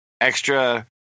extra